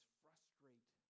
frustrate